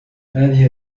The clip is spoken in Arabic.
هذه